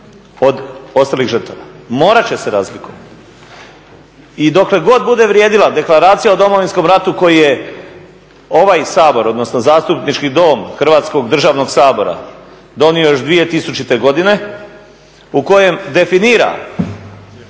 od ostalih žrtava, morat će se razlikovati. I dok bude vrijedila Deklaracija o Domovinskom ratu koju je ovaj Sabor odnosno Zastupnički dom Hrvatskog državnog sabora donio još 2000.godine u kojem definira